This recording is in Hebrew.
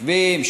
יושבים,